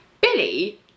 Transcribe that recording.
Billy